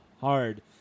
hard